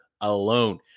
alone